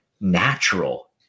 natural